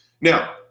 Now